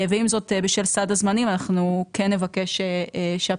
ועם זאת בשל סד הזמנים אנחנו כן נבקש שהוועדה